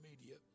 media